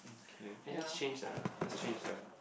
okay let's use change the let's change the